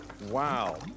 Wow